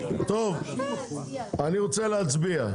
אני רוצה להצביע.